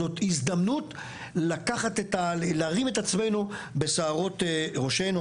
זאת הזדמנות להרים את עצמנו בשערות ראשנו.